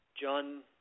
John